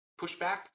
pushback